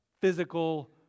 physical